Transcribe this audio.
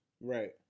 right